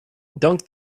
dunk